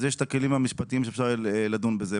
יש את הכלים המשפטיים שאפשר לדון בזה.